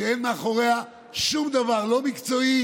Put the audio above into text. שאין מאחוריה שום דבר, לא מקצועי